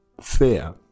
fear